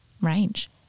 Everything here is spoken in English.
range